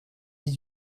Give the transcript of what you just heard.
dix